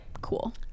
cool